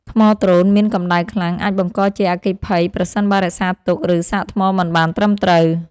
ថ្មដ្រូនមានកម្ដៅខ្លាំង អាចបង្កជាអគ្គិភ័យប្រសិនបើរក្សាទុក ឬសាកថ្មមិនបានត្រឹមត្រូវ។